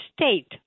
state